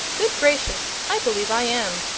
good gracious, i believe i am.